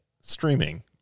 streaming